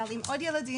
אבל עם עוד ילדים,